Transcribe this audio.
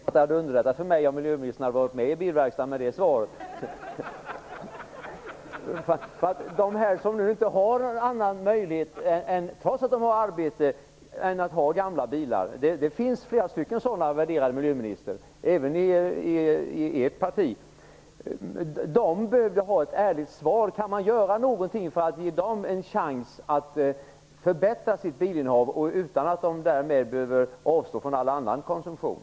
Värderade talman! Jag är inte säker på att det hade underlättat för mig om miljöministern, med det svaret, hade varit med i bilverkstaden. Värderade miljöminister! Det finns även i ert parti många som, trots att de har arbete, inte har möjlighet att ha annat än gamla bilar. De behöver få ett ärligt svar. Kan man göra någonting för att ge dem en chans att förbättra sina bilar utan att de därmed behöver avstå från all annan konsumtion?